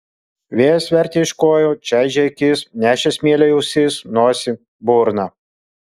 vėjas vertė iš kojų čaižė akis nešė smėlį į ausis nosį burną